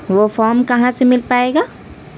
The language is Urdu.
وہ فارم کہاں سے مل پائے گا